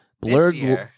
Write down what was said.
Blurred